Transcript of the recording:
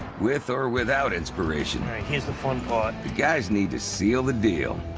with or without inspiration. right, here's the fun part. the guys need to seal the deal.